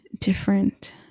different